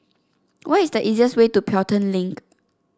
what is the easiest way to Pelton Link